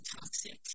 toxic